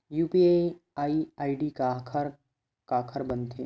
UPI ID काखर काखर बनथे?